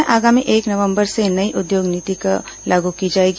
राज्य में आगामी एक नवम्बर से नई उद्योग नीति लागू की जाएगी